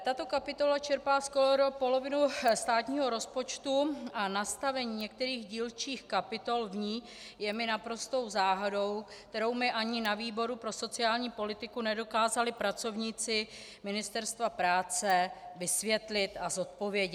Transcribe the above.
Tato kapitola čerpá skoro polovinu státního rozpočtu a nastavení některých dílčích kapitol v ní je mi naprostou záhadou, kterou mi ani na výboru pro sociální politiku nedokázali pracovníci Ministerstva práce vysvětlit a zodpovědět.